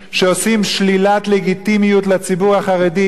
שעושות שלילת לגיטימיות לציבור החרדי.